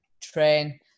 train